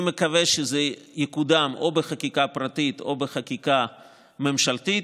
אני מקווה שזה יקודם או בחקיקה פרטית או בחקיקה ממשלתית.